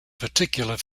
particular